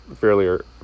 fairly